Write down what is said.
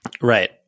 right